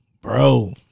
bro